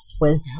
wisdom